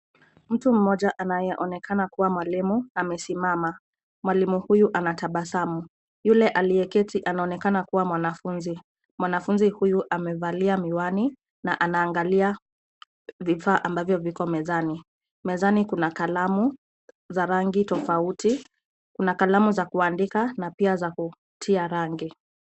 Mtu mmoja anayeonekana kuwa mwalimu amesimama. Mwalimu huyu anatabasamu. Yule aliyeketi anaonekana kuwa mwanafunzi. Mwanafunzi huyu amevalia miwani na anaangalia vifaa ambavyo viko mezani. Mezani kuna kalamu za rangi tofauti, kuna kalamu za kuandika na pia za kutia rangi.